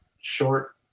short